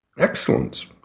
Excellent